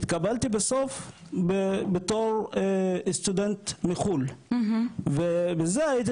התקבלתי בסוף בתור סטודנט מחו"ל ובזה הייתי